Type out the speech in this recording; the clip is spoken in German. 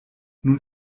nun